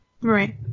Right